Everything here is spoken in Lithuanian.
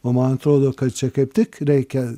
o man atrodo kad čia kaip tik reikia